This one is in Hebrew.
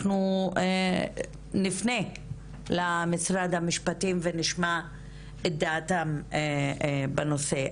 אנחנו נפנה למשרד המשפטים ונשמע את דעתם בנושא.